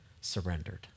surrendered